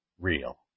real